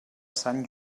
sant